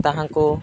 ତାହାଙ୍କୁ